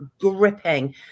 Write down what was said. gripping